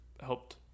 helped